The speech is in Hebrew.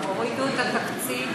הורידו את התקציב,